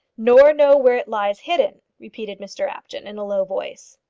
nor know where it lies hidden? repeated mr apjohn, in a low voice.